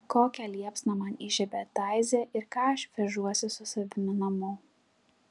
kokią liepsną man įžiebė taize ir ką aš vežuosi su savimi namo